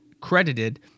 credited